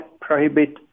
prohibit